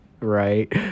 Right